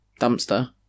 dumpster